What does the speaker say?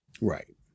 Right